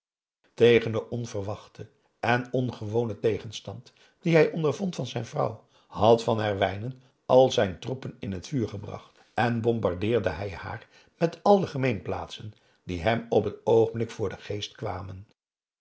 tegenover den onverwachten en ongewonen tegenstand dien hij ondervond van zijn vrouw had van herwijnen al zijn troepen in het vuur gebracht en bombardeerde hij haar met al de gemeenplaatsen die hem op het oogenblik voor den geest kwamen